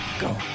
go